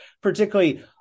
particularly